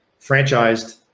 franchised